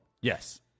Yes